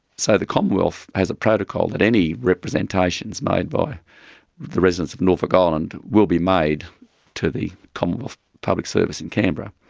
so the commonwealth has a protocol that any representations made by the residents of norfolk island will be made to the commonwealth public service in canberra.